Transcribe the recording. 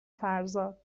فرزاد